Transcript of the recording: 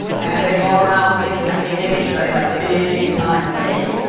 and they got around in ah in asia in a big time way.